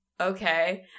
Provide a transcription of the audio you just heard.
Okay